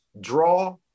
draw